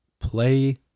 Play